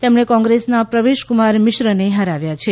તેમણે કોંગ્રેસના પ્રવેશ કુમાર મિશ્રને હરાવ્યા છે